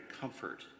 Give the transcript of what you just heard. comfort